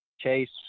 Chase